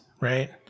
right